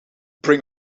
bring